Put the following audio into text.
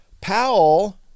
Powell